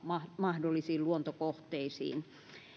mahdollisiin luontokohteisiin